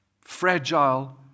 Fragile